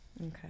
okay